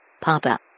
Papa